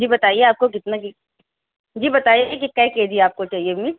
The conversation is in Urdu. جی بتائیے آپ کو کتنا جی جی بتائیے کہ کیا کے جی آپ کو چاہیے میٹ